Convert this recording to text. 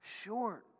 short